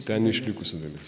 ten neišlikusi dalis